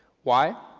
why?